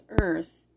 earth